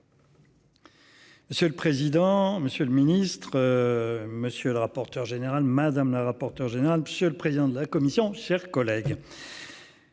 C'est le président, monsieur le ministre. Monsieur le rapporteur général madame la rapporteur général, monsieur le président de la commission, chers collègues.